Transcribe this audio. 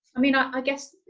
i mean, i guess,